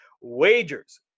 wagers